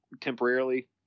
temporarily